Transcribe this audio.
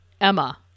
Emma